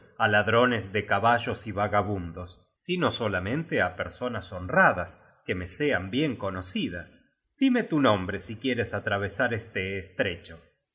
á ladrones de caballos y vagabundos sino solamente á personas honradas queme sean bien conocidas dime tu nombre si quieres atravesar este estrecho